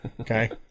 okay